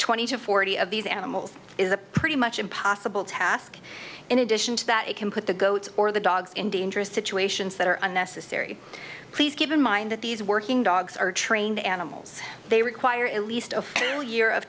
twenty to forty of these animals is a pretty much impossible task in addition to that it can put the goats or the dogs in dangerous situations that are unnecessary please keep in mind that these working dogs are trained animals they require at least of all year of